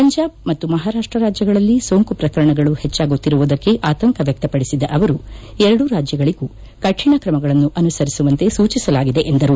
ಪಂಜಾಬ್ ಮತ್ತು ಮಹಾರಾಷ್ಟ ರಾಜ್ಯಗಳಲ್ಲಿ ಸೋಂಕು ಪ್ರಕರಣಗಳು ಹೆಚ್ಚಾಗುತ್ತಿರುವುದಕ್ಕೆ ಆತಂಕ ವ್ಯಕ್ತಪಡಿಸಿದ ಅವರು ಎರಡೂ ರಾಜ್ಯಗಳಿಗೂ ಕಠಿಣ ಕ್ರಮಗಳನ್ನು ಅನುಸರಿಸುವಂತೆ ಸೂಚಿಸಲಾಗಿದೆ ಎಂದರು